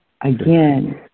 again